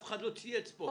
אף אחד לא צייץ פה.